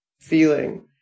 feeling